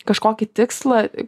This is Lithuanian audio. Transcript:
kažkokį tikslą